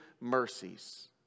mercies